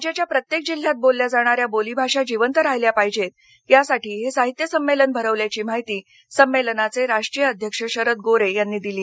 राज्याच्या प्रत्येक जिल्यात बोलल्या जाणाऱ्या बोलीभाषा जिवंत राहिल्या पाहिजेत यासाठी हे साहित्य संमेलन भरवल्याची माहिती संमेलनाचे राष्ट्रीय अध्यक्ष शरद गोरे यांनी दिली